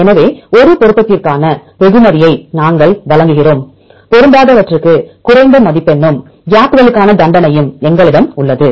எனவே ஒரு பொருத்தத்திற்கான வெகுமதியை நாங்கள் வழங்குகிறோம் பொருந்தாதவற்றுக்கு குறைந்த மதிப்பெண்ணும் கேப்களுக்கான தண்டனையும் எங்களிடம் உள்ளது